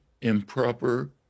improper